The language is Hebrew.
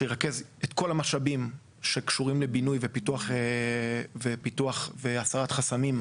שירכז את כל המשאבים שקשורים לבינוי ופיתוח והסרת חסמים.